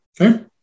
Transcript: okay